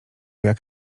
jak